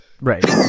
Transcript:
Right